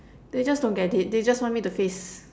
they just don't get it they just want me to face